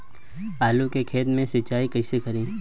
आलू के खेत मे सिचाई कइसे करीं?